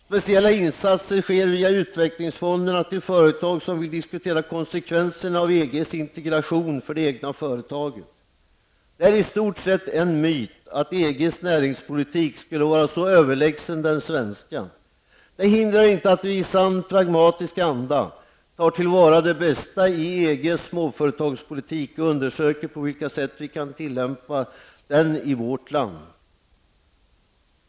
Speciella insatser sker via utvecklingsfonderna till företag som vill diskutera konsekvenserna av EGs integration för det egna företaget. Det är i stort sett en myt att EGs näringspolitik skulle vara så överlägsen den svenska. Det hindrar inte att vi i sann pragmatisk anda tar till vara det bästa i EGs småföretagspolitik och undersöker på vilka sätt vi kan tillämpa den i vårt land.